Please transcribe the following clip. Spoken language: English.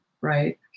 right